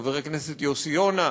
חבר הכנסת יוסי יונה,